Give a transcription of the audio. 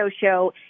show